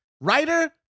writer